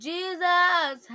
Jesus